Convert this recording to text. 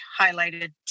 highlighted